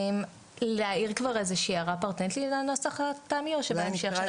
להעיר כבר הערה פרטנית לעניין נוסח או בהמשך?